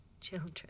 children